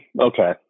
Okay